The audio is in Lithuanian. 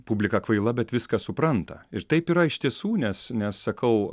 publika kvaila bet viską supranta ir taip yra iš tiesų nes nes sakau